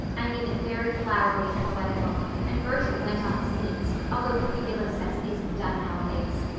i made it very flowery and poetical and bertram went on his knees, although ruby gillis says it isn't done nowadays.